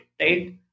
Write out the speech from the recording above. right